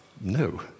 no